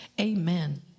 Amen